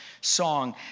song